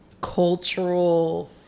cultural